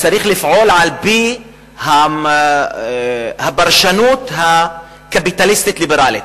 צריך לפעול על-פי הפרשנות הקפיטליסטית הליברלית,